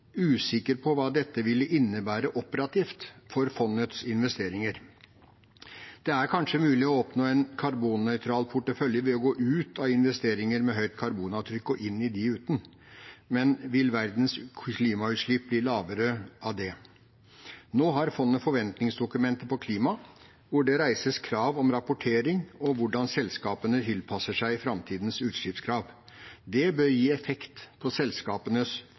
usikker på hva dette ville innebære operativt for fondets investeringer. Det er kanskje mulig å oppnå en karbonnøytral portefølje ved å gå ut av investeringer med høyt karbonavtrykk og inn i dem uten, men vil verdens klimautslipp bli lavere av det? Nå har fondet forventningsdokumenter på klima, hvor det reises krav om rapportering og om hvordan selskapene tilpasser seg framtidens utslippskrav. Det bør gi effekt på selskapenes